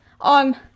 on